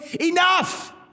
Enough